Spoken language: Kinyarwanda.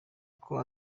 ako